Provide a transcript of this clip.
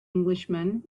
englishman